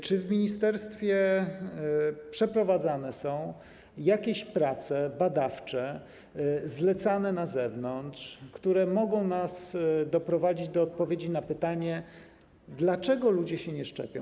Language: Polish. Czy w ministerstwie przeprowadzane są jakieś prace badawcze zlecane na zewnątrz, które mogą nas doprowadzić do odpowiedzi na pytanie, dlaczego ludzie się nie szczepią?